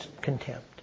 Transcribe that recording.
contempt